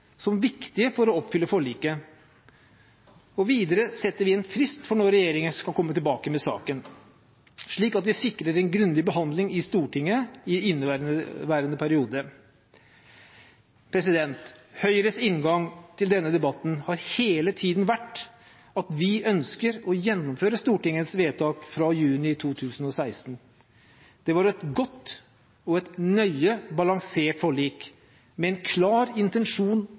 som viktige for å oppfylle forliket. Videre setter vi en frist for når regjeringen skal komme tilbake med saken, slik at vi sikrer en grundig behandling i Stortinget i inneværende periode. Høyres inngang til denne debatten har hele tiden vært at vi ønsker å gjennomføre Stortingets vedtak fra juni 2016. Det var et godt og nøye balansert forlik med en klar intensjon